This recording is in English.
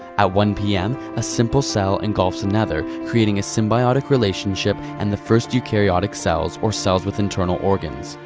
at one pm, a simple cell engulfs another, creating a symbiotic relationship and the first eukaryotic cells, or cells with internal organs.